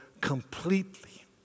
completely